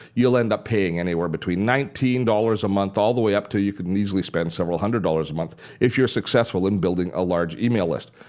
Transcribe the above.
you'll end up paying anywhere between nineteen dollars a month all the way up to you can easily spend several hundred dollars a month if you're successful in building a large email list.